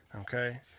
Okay